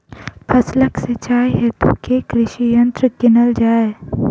फसलक सिंचाई हेतु केँ कृषि यंत्र कीनल जाए?